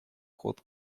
ход